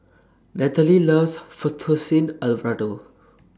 Nataly loves Fettuccine Alfredo